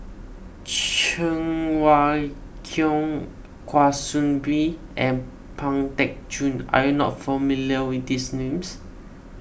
Cheng Wai Keung Kwa Soon Bee and Pang Teck Joon are you not familiar with these names